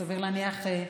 סביר להניח,